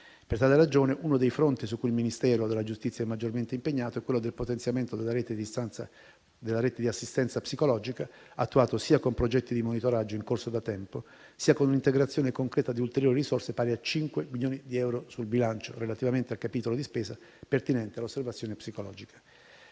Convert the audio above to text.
Per tale ragione, uno dei fronti su cui il Ministero della giustizia è maggiormente impegnato è quello del potenziamento della rete di assistenza psicologica: esso è attuato sia con progetti di monitoraggio in corso da tempo, sia con un'integrazione concreta di ulteriori risorse pari a 5 milioni di euro, relativamente al capitolo di spesa pertinente all'osservazione psicologica.